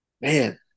Man